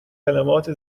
کلمات